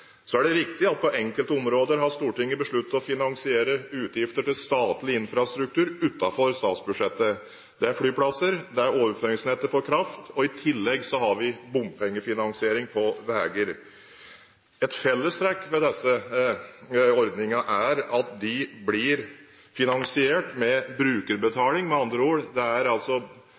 Så er det riktig at Stortinget på enkelte områder har besluttet å finansiere utgifter til statlig infrastruktur utenfor statsbudsjettet. Det er flyplasser og overføringsnettet for kraft, og i tillegg har vi bompengefinansiering på veier. Et fellestrekk ved disse ordningene er at de blir finansiert med brukerbetaling – med andre ord: Det er altså